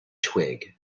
twig